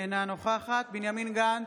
אינה נוכחת בנימין גנץ,